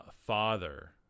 Father